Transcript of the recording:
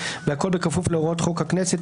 והכל בכפוף להוראות חוק הכנסת,